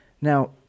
Now